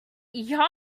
yummy